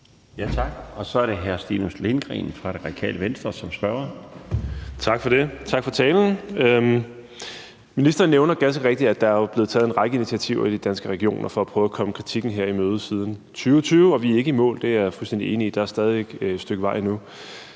Tak. Så er det hr. Stinus Lindgreen fra Radikale Venstre som spørger. Kl. 16:18 Stinus Lindgreen (RV): Tak for det. Og tak for talen. Ministeren nævner ganske rigtigt, at der siden 2020 er blevet taget en række initiativer i de danske regioner for at prøve at komme kritikken i møde, og vi er ikke i mål. Det er jeg fuldstændig enig i; der er stadig væk et stykke vej endnu.